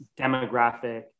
demographic